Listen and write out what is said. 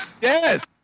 Yes